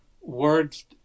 words